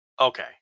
Okay